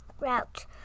route